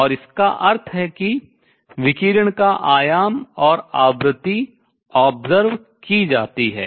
और इसका अर्थ है कि विकिरण का आयाम और आवृत्ति obserbve की देखी जाती है